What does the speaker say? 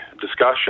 discussion